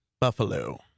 Buffalo